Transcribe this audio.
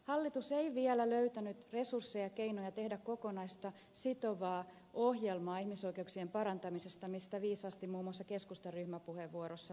hallitus ei vielä löytänyt resursseja keinoja tehdä kokonaista sitovaa ohjelmaa ihmisoikeuksien parantamisesta mistä viisaasti muun muassa keskustan ryhmäpuheenvuorossa mainitaan